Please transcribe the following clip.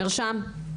נרשם.